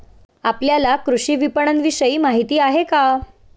आपल्याला कृषी विपणनविषयी माहिती आहे का?